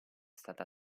stata